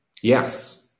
Yes